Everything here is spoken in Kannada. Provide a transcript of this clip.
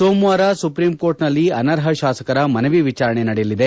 ಸೋಮವಾರ ಸುಪ್ರೀಂಕೋರ್ಟ್ನಲ್ಲಿ ಅನರ್ಹ ತಾಸಕರ ಮನವಿ ವಿಚಾರಣೆ ನಡೆಯಲಿದೆ